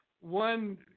one